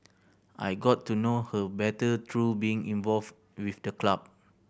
I got to know her better through being involved with the club